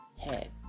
head